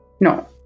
No